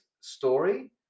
story